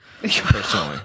personally